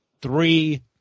three